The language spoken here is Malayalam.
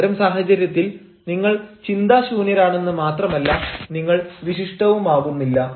അത്തരം സാഹചര്യത്തിൽ നിങ്ങൾ ചിന്താശൂന്യരാണെന്ന് മാത്രമല്ല നിങ്ങൾ വിശിഷ്ടവുമാകുന്നില്ല